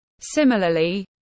Similarly